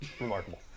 remarkable